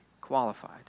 qualified